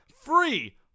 free